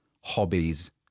hobbies